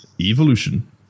evolution